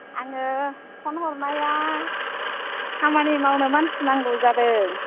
आङो फन हरनाया खामानि मावनो मानसि नांगौ जादों